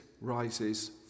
rises